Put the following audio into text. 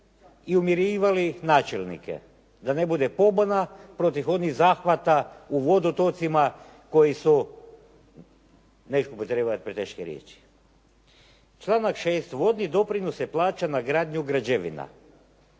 i umirivali načelnike da ne bude pobuna protiv onih zahvata u vodotocima koji su, neću upotrebljavat preteške riječi. Članak 6. vodni doprinos se plaća na gradnju građevina.